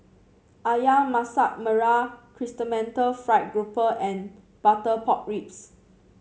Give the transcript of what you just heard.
ayam Masak Merah Chrysanthemum Fried Grouper and Butter Pork Ribs